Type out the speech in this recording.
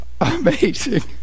amazing